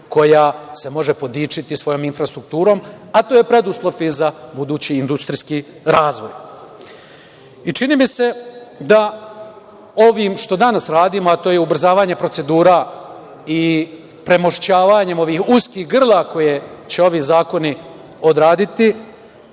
koja se može podičiti svojom infrastrukturom, a to je preduslov i za budući industrijski razvoj. Čini mi se da ovim što danas radimo, a to je ubrzavanje procedura i premošćavanjem ovih uskih grla koje će ovi zakoni odraditi,